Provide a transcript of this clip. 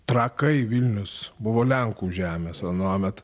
trakai vilnius buvo lenkų žemės anuomet